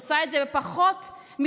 היא עושה את זה בפחות מ-50%.